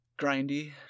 Grindy